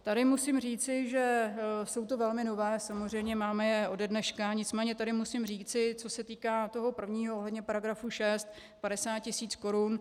Tady musím říci, že jsou velmi nové, máme je ode dneška, nicméně tady musím říci, co se týká toho prvního ohledně § 6 50 tisíc korun.